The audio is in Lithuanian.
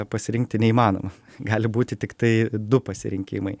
pasirinkti neįmanoma gali būti tiktai du pasirinkimai